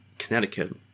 Connecticut